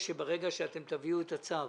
שברגע שאתם תביאו את הצו